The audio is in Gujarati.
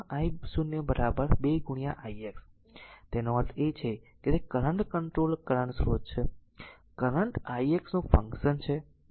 તેથી આ વાસ્તવમાં i 0 2 i x તેનો અર્થ એ છે કે તે કરંટ કંટ્રોલ્ડ કરંટ સ્રોત છે આ કરંટ i x નું ફંક્શન છે